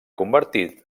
convertit